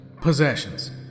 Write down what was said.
Possessions